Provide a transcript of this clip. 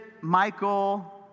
Michael